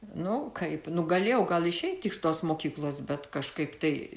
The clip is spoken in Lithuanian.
nu kaip nu galėjau gal išeiti iš tos mokyklos bet kažkaip tai